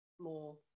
more